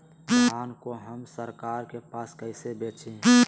धान को हम सरकार के पास कैसे बेंचे?